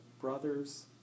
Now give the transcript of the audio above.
brothers